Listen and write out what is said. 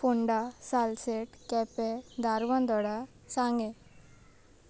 Ponda Salcete Quepem Dharbandora Sanguem